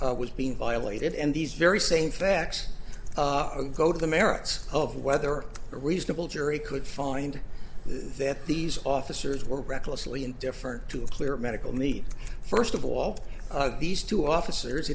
right was being violated and these very same facts go to the merits of whether a reasonable jury could find that these officers were recklessly and different to a clear medical need first of all these two officers